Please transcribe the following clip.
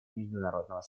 международного